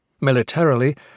Militarily